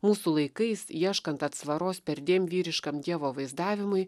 mūsų laikais ieškant atsvaros perdėm vyriškam dievo vaizdavimui